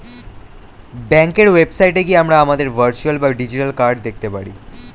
ব্যাঙ্কের ওয়েবসাইটে গিয়ে আমরা আমাদের ভার্চুয়াল বা ডিজিটাল কার্ড দেখতে পারি